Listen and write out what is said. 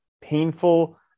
painful